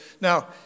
now